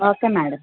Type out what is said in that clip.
okay madam